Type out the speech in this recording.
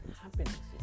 happiness